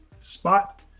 spot